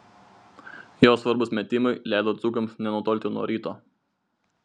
jo svarbūs metimai leido dzūkams nenutolti nuo ryto